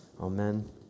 Amen